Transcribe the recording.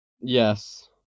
Yes